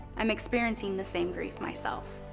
i'm experiencing the same grief myself.